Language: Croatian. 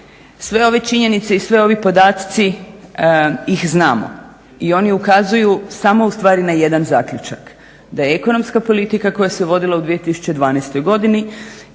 Sve ove činjenice i svi ovi podatci ih znamo i oni ukazuju samo ustvari na jedan zaključak, da je ekonomska politika koja se vodila u 2012.godini